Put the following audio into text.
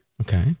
Okay